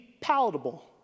palatable